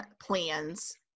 plans